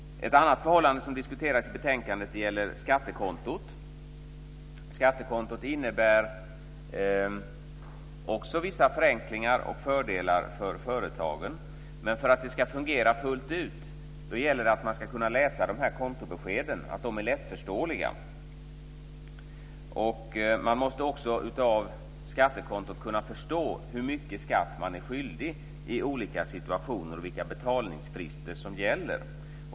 Ett annan fråga som diskuteras i betänkandet är skattekontot. Skattekontot innebär också vissa förenklingar och fördelar för företagen. Men för att det ska fungera fullt ut gäller det att man kan kan läsa kontobeskeden, att de är lättförståeliga. Man måste också av skattekontot kunna förstå hur mycket skatt man är skyldig i olika situationer och vilka betalningsfrister som gäller.